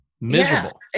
Miserable